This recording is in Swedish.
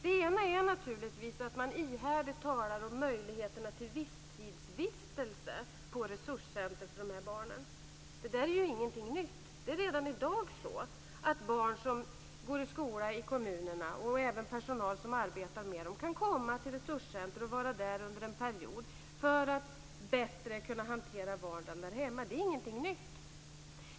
Den ena punkten är naturligtvis att man ihärdigt talar om möjligheterna till visstidsvistelse på resurscenter för de här barnen men det är ingenting nytt. Redan i dag kan barn som går i skola i kommunerna och även personal som arbetar med de här barnen komma till resurscentret och vara där under en period för att bättre kunna hantera vardagen där hemma. Detta är ingenting nytt.